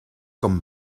com